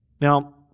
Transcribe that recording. Now